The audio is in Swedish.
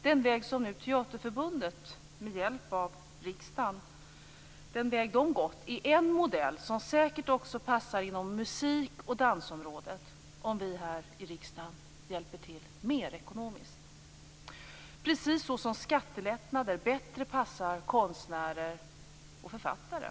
Den väg som Teaterförbundet nu med hjälp av riksdagen gått är en modell som säkert också passar inom musik och dansområdet, om vi här i riksdagen hjälper till mer ekonomiskt - precis som skattelättnader bättre passar konstnärer och författare.